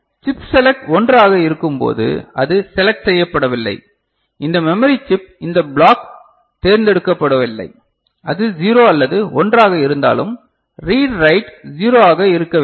chip select 1 ஆக இருக்கும்போது அது செலக்ட் செய்யப்படவில்லை இந்த மெமரி சிப் இந்த பிளாக் தேர்ந்தெடுக்கப்படவில்லை அது 0 அல்லது 1 ஆக இருந்தாலும் ரீட் ரைட் 0 ஆக இருக்க வேண்டும்